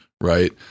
Right